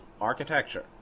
architecture